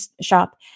shop